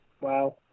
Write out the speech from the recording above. Wow